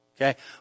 Okay